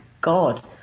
God